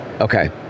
Okay